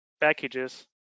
packages